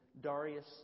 Darius